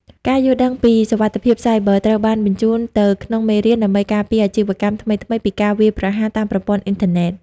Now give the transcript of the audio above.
ការយល់ដឹងពី "សុវត្ថិភាពសាយប័រ" ត្រូវបានបញ្ចូលទៅក្នុងមេរៀន ដើម្បីការពារអាជីវកម្មថ្មីៗពីការវាយប្រហារតាមប្រព័ន្ធអ៊ីនធឺណិត។